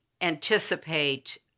anticipate